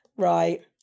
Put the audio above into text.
Right